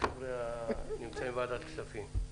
שהחבר'ה נמצאים בוועדת כספים.